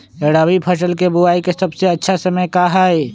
रबी फसल के बुआई के सबसे अच्छा समय का हई?